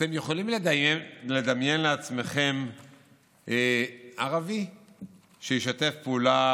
אתם יכולים לדמיין לעצמכם ערבי שישתף פעולה,